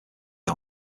out